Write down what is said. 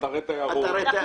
אתרי תיירות.